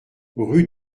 rue